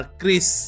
Chris